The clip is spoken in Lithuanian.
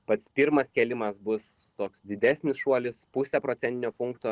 pats pirmas kėlimas bus toks didesnis šuolis puse procentinio punkto